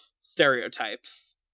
stereotypes